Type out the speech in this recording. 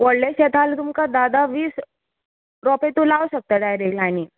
व्हडलें शेत हा आल्या तुमकां धा धा वीस रोंपे तूं लावं शकता डायरेक लायनीन